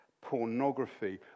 pornography